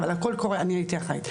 אבל על הקול קורא אני הייתי אחראית,